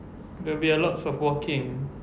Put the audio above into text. there will be a lots of walking